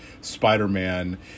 Spider-Man